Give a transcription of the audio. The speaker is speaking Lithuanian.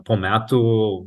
po metų